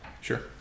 Sure